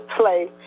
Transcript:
play